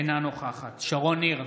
אינה נוכחת שרון ניר,